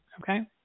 okay